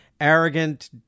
arrogant